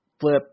flip